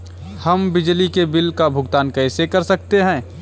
हम बिजली के बिल का भुगतान कैसे कर सकते हैं?